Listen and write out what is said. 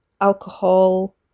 alcohol